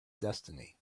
destiny